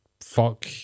fuck